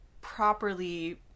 properly